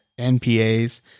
NPAs